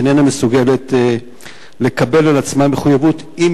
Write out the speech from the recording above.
איננה מסוגלת לקבל על עצמה מחויבות אם